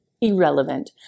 Irrelevant